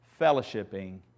fellowshipping